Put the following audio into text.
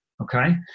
okay